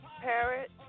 Parrot